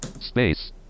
space